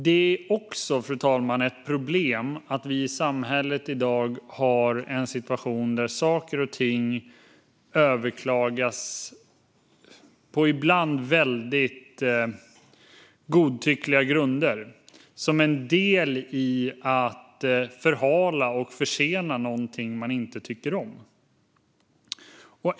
Det är också ett problem att vi i samhället i dag har en situation där saker och ting överklagas på ibland väldigt godtyckliga grunder, som en del i att förhala och försena någonting man inte tycker om.